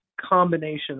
combination